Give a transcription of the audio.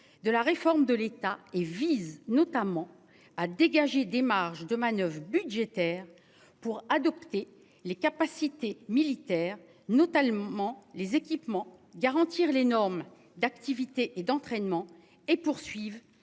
de la réforme de l'État et vise notamment à dégager des marges de manoeuvre budgétaires pour adopter les capacités militaires notamment. Les équipements garantir les normes d'activité et d'entraînement et poursuivent